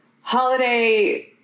holiday